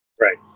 Right